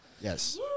Yes